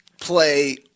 play